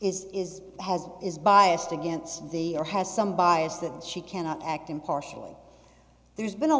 is is has is biased against the or has some bias that she cannot act impartially there's been a